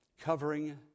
covering